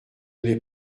n’ai